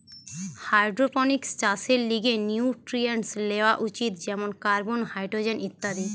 hydroponics চাষের লিগে nutrients লেওয়া উচিত যেমন কার্বন, হাইড্রোজেন ইত্যাদি